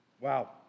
Wow